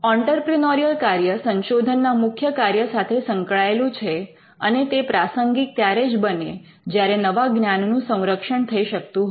entrepreneurial કાર્ય સંશોધનના મુખ્ય કાર્ય સાથે સંકળાયેલું છે અને તે પ્રાસંગિક ત્યારે જ બને જ્યારે નવા જ્ઞાનનું સંરક્ષણ થઈ શકતું હોય